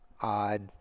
odd